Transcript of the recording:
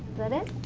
that it,